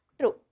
true